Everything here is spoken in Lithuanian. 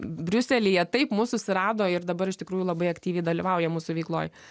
briuselyje taip mus susirado ir dabar iš tikrųjų labai aktyviai dalyvaujama mūsų veikloj